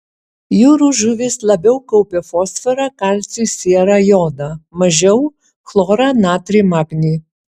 jūrų žuvys labiau kaupia fosforą kalcį sierą jodą mažiau chlorą natrį magnį